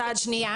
תוספת שנייה